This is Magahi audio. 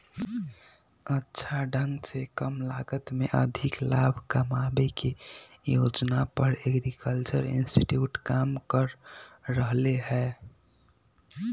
अच्छा ढंग से कम लागत में अधिक लाभ कमावे के योजना पर एग्रीकल्चरल इंस्टीट्यूट काम कर रहले है